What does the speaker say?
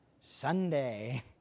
Sunday